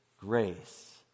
grace